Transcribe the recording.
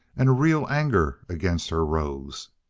and a real anger against her rose.